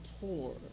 poor